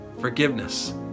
forgiveness